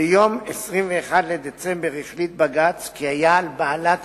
ביום 21 בדצמבר החליט בג"ץ כי היה על בעלת